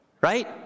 Right